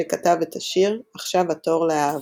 שכתב את השיר "עכשיו התור לאהבה".